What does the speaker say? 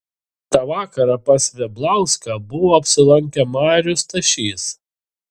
tą vakarą pas veblauską buvo apsilankę marius stašys